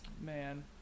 man